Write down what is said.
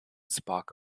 spock